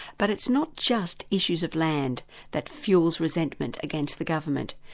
but it's not just issues of land that fuels resentment against the government,